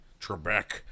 Trebek